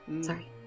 Sorry